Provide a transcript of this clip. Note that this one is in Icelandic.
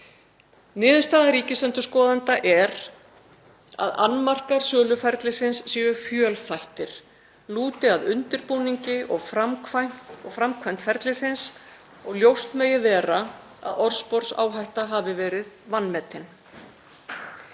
Niðurstaða ríkisendurskoðanda er að annmarkar söluferlisins séu fjölþættir, lúti að undirbúningi og framkvæmd ferlisins og ljóst megi vera að orðsporsáhætta hafi verið vanmetin.